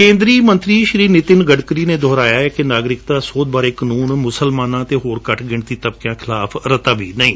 ਕੇਂਦਰੀ ਮੰਤਰੀ ਸ਼੍ਰੀ ਨਿਤਿਨ ਗਡਕਰੀ ਨੇ ਦੁਹਰਾਇਐ ਕਿ ਨਾਗਰਿਕਤਾ ਸੋਧ ਬਾਰੇ ਕਾਨੂੰਨ ਮੁਸਲਮਾਨਾਂ ਅਤੇ ਹੋਰਨਾਂ ਘੱਟ ਗਿਣਤੀ ਤਬਕਿਆਂ ਖਿਲਾਫ ਰਤਾ ਵੀ ਨਹੀ